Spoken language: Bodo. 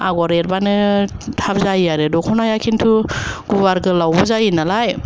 आगर एरबानो थाब जायो आरो दखनाया खिन्थु गुवार गोलावबो जायो नालाय